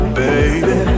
baby